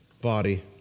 body